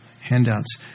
handouts